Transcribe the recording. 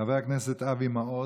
חבר הכנסת אבי מעוז,